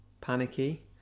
panicky